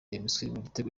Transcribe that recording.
gitego